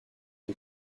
une